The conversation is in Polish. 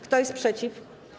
Kto jest przeciw?